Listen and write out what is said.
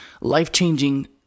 life-changing